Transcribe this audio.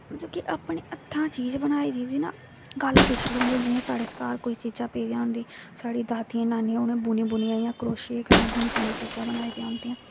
कि अपने हत्थें चीज बनाई दी ना गल्ल किश होर होंदी जियां साढ़े घर कोई चीज़ां पेदियां होंदी साढ़ी दादियें नानियें बुनी बुनियै इ'यां क्रोशियै कन्नै चीजां बनाई दियां होंदियां